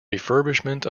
refurbishment